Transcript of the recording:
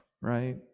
right